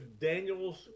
Daniels